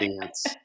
dance